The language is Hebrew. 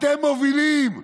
אתם מובילים,